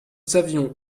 savions